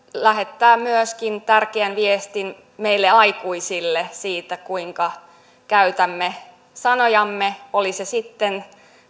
lähettää myöskin tärkeän viestin meille aikuisille siitä kuinka käytämme sanojamme oli se sitten